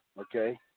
Okay